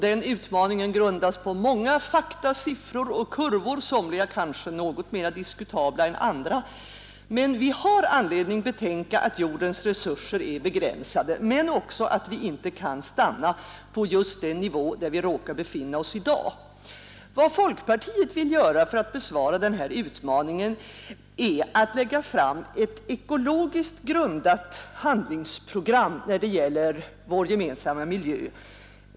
Denna utmaning grundas på många fakta, siffror och kurvor, somliga kanske något mera diskutabla än andra. Vi har anledning betänka att jordens resurser är begränsade — men också att vi inte kan stanna på just den nivå där vi råkar befinna oss i dag. Vad folkpartiet vill göra för att besvara denna utmaning är att lägga fram ett ekologiskt grundat handlingsprogram när det gäller vår gemensamma miljö.